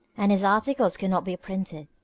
and his articles could not be printed.